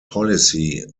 policy